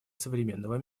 современного